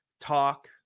talk